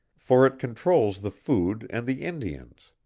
for it controls the food and the indians.